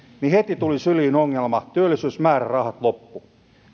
niin heti tuli syliin ongelma työllisyysmäärärahat loppu